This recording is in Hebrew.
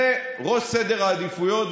זה בראש סדר העדיפויות,